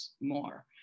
more